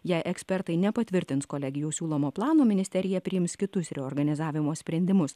jei ekspertai nepatvirtins kolegijų siūlomo plano ministerija priims kitus reorganizavimo sprendimus